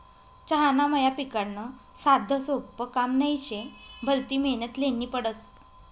चहाना मया पिकाडनं साधंसोपं काम नही शे, भलती मेहनत ल्हेनी पडस